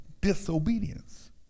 disobedience